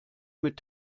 mit